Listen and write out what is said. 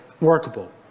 workable